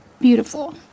beautiful